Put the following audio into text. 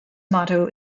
motto